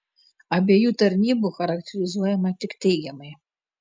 abiejų tarnybų charakterizuojama tik teigiamai